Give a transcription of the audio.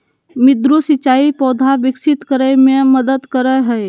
मृदु सिंचाई पौधा विकसित करय मे मदद करय हइ